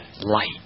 light